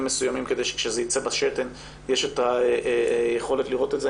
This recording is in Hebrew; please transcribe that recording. מסוימים כדי שכשזה יצא בשתן יש את היכולת לראות את זה.